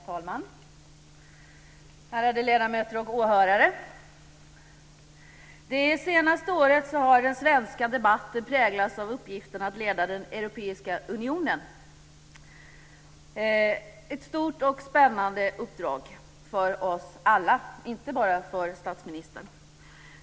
Herr talman! Ärade ledamöter och åhörare! Det senaste året har den svenska debatten präglats av uppgiften att leda den europeiska unionen. Det är ett stort och spännande uppdrag för oss alla, inte bara för statsministern.